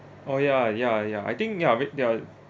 oh ya ya ya I think ya wait they're